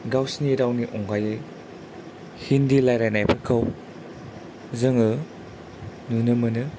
गावसोरनि रावनि अनगायै हिन्दी रायलायनायफोरखौ जोङो नुनो मोनो